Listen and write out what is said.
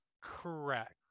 Correct